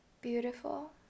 beautiful